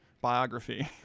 biography